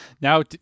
now